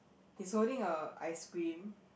he's holding a ice cream